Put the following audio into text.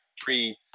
pre